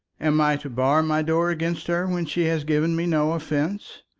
am i to bar my door against her when she has given me no offence?